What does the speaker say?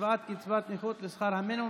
השוואת קצבת נכות לשכר המינימום).